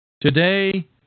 Today